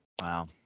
Wow